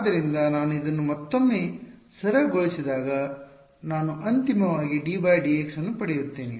ಆದ್ದರಿಂದ ನಾನು ಇದನ್ನು ಮತ್ತೊಮ್ಮೆ ಸರಳಗೊಳಿಸಿದಾಗ ನಾನು ಅಂತಿಮವಾಗಿ ddx ಅನ್ನು ಪಡೆಯುತ್ತೇನೆ